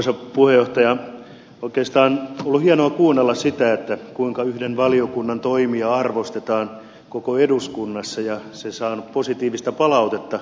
oikeastaan on ollut hienoa kuunnella sitä kuinka yhden valiokunnan toimia arvostetaan koko eduskunnassa ja se on saanut positiivista palautetta